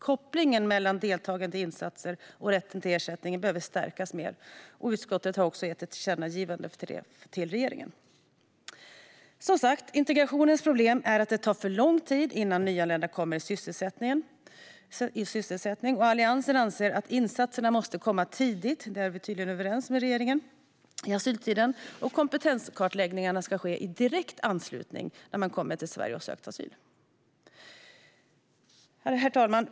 Kopplingen mellan deltagande i insatser och rätten till ersättning behöver stärkas, och utskottet har också kommit med ett tillkännagivande om det till regeringen. Problemet med integrationen är som sagt att det tar för lång tid innan nyanlända kommer i sysselsättning. Alliansen anser att insatserna måste komma tidigt under asyltiden - där är vi tydligen överens med regeringen - och att kompetenskartläggningen ska ske i direkt anslutning till att man kommer till Sverige och söker asyl. Herr talman!